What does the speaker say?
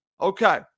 okay